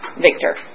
Victor